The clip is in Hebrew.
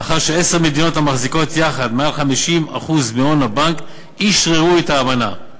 לאחר שעשר מדינות המחזיקות יחד יותר מ-150% הון הבנק אשררו את האמנה.